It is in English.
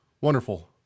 wonderful